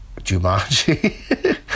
Jumanji